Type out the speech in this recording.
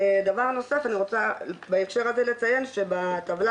דבר נוסף אני רוצה בהקשר הזה לציין שבטבלה